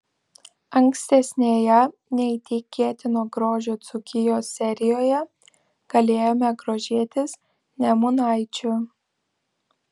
ankstesnėje neįtikėtino grožio dzūkijos serijoje galėjome grožėtis nemunaičiu